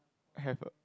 have a